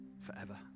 forever